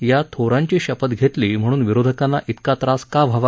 या थोरांची शपथ घेतली म्हणून विरोधकांना त्रिका त्रास का व्हावा